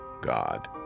God